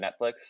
Netflix